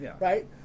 right